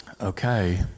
Okay